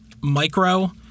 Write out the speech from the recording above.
Micro